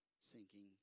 sinking